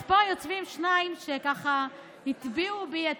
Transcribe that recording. אז פה יושבים שניים שככה הטביעו בי,